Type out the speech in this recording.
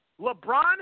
LeBron